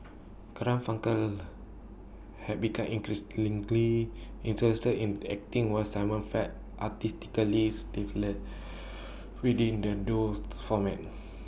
Garfunkel had become interested in acting while simon felt artistically stifled within the duos format